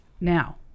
now